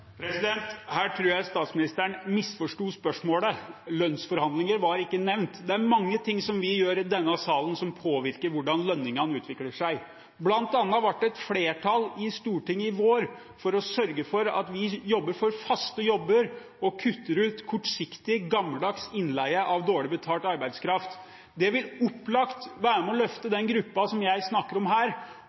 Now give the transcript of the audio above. Her tror jeg statsministeren misforsto spørsmålet. Lønnsforhandlinger var ikke nevnt. Det er mange ting vi gjør i denne salen som påvirker hvordan lønningene utvikler seg, bl.a. ble det et flertall i Stortinget i vår for å sørge for at vi jobber for faste jobber og kutter ut kortsiktig, gammeldags innleie av dårlig betalt arbeidskraft. Det vil opplagt være med på å løfte den gruppen som jeg snakker om her,